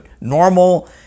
normal